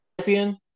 champion